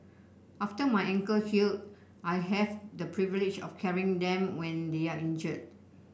after my ankle healed I had the privilege of carrying them when they are injured